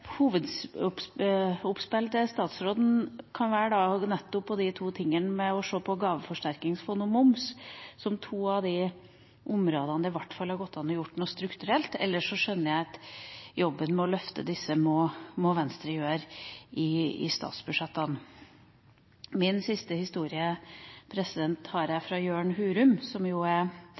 skremmende. Mine hovedinnspill til statsråden kan gå nettopp på de to områdene gaveforsterkningsfond og moms, som to av de områdene det i hvert fall hadde gått an å gjøre noe strukturelt på. Ellers skjønner jeg at jobben med å løfte disse må Venstre gjøre i statsbudsjettene. Min siste historie har jeg fra Jørn Hurum, som er,